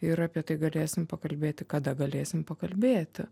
ir apie tai galėsim pakalbėti kada galėsim pakalbėti